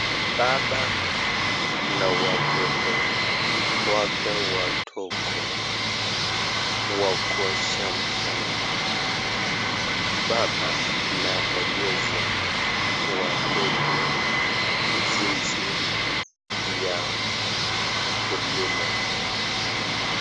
Baba na watoto wake wadogo, wako shambani, baba anaonyesha watoto jinsi ya kulima.